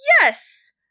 yes